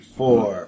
four